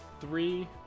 three